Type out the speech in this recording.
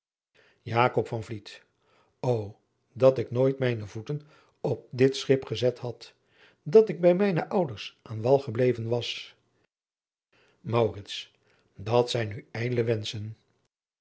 ô dat ik nooit mijne voeten op dit schip gezet had dat ik bij mijne ouders aan wal gebleven was maurits dat zijn nu ijdele wenschen